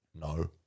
no